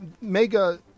mega